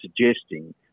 suggesting